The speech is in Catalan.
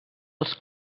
els